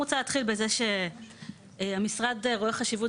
אני רוצה להתחיל בזה שהמשרד רואה חשיבות